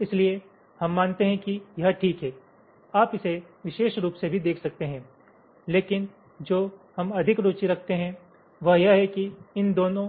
इसलिए हम मानते हैं कि यह ठीक हैं आप इसे विशेष रूप से भी देख सकते हैं लेकिन जो हम अधिक रुचि रखते हैं वह यह है कि इन दोनों